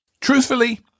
Truthfully